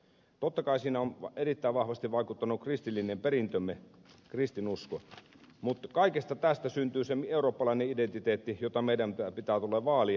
totta kai siinä on erittäin vahvasti vaikuttanut kristillinen perintömme kristinusko mutta kaikesta tästä syntyy se eurooppalainen identiteetti jota meidän pitää vaalia